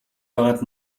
байгаад